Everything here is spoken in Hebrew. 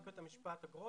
תקנות בית המשפט (אגרות),